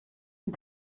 and